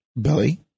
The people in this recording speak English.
Billy